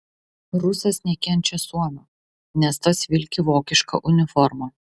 rusas nekenčia suomio nes tas vilki vokišką uniformą